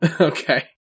Okay